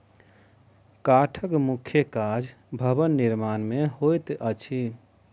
काठक मुख्य काज भवन निर्माण मे होइत अछि